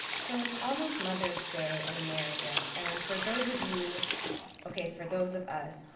so it's almost mother's day in america. and for those of you okay for those of us,